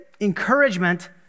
encouragement